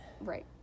Right